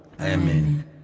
Amen